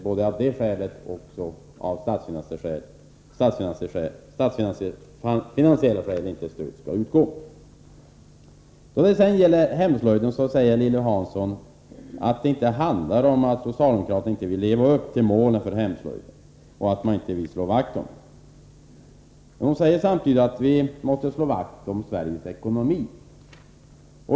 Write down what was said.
Både av det skälet och av statsfinansiella skäl tycker jag att stöd inte skall utgå. Lilly Hansson säger sedan att det inte handlar om att socialdemokraterna inte vill leva upp till målen för hemslöjden och att man inte vill slå vakt om den. Men samtidigt säger hon att vi måste slå vakt om Sveriges ekonomi.